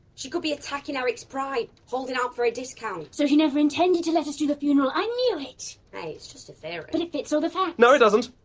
she could be attacking eric's pride, holding out for a discount. so she never intended to let us do the funeral? i knew it! hey, it's just a theory. but it fits all the facts! no it doesn't!